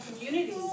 community